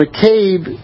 McCabe